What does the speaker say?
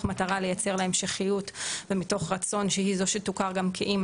מטרה לייצר לה המשכיות ומתוך רצון שהיא זו שתוכר גם כאמא,